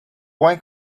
wine